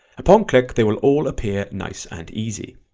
upon click they will all appear nice and easy.